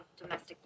domestic